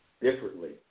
differently